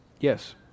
Yes